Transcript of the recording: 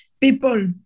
people